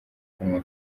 kanwa